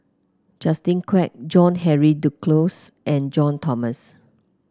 Justin Quek John Henry Duclos and John Thomson